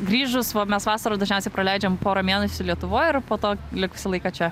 grįžus va mes vasarą dažniausiai praleidžiam porą mėnesių lietuvoj ir po to likusį laiką čia